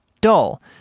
dull